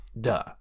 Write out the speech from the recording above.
duh